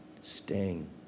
sting